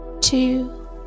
two